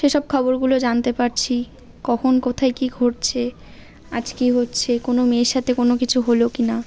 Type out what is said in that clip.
সেসব খবরগুলো জানতে পারছি কখন কোথায় কী ঘটছে আজকে হচ্ছে কোনও মেয়ের সাথে কোনও কিছু হলো কি না